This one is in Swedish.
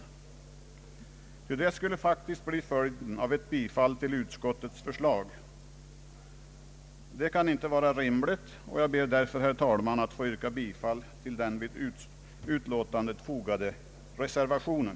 Det skulle faktiskt bli följden av ett bifall till utskottets förslag. Detta kan inte vara rimligt, och jag ber därför, herr talman, att få yrka bifall till den vid utlåtandet fogade reservationen.